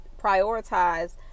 prioritize